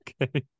Okay